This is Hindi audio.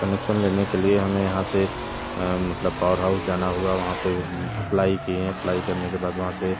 कनेक्सन लेने के लिए हमें यहाँ से मतलब पावर हाउस जाना हुआ वहाँ पर अप्लाई किए अप्लाई करने के बाद वहाँ से